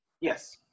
yes